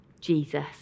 Jesus